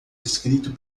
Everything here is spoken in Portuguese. escrito